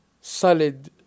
solid